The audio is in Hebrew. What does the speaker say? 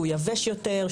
שהוא יבש יותר,